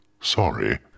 sorry